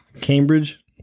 Cambridge